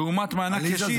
לעומת מענק ישיר,